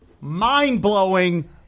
mind-blowing